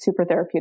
supertherapeutic